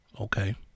Okay